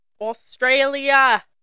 Australia